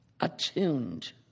attuned